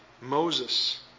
Moses